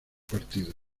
partido